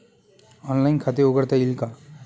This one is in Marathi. ऑनलाइन खाते उघडता येईल का?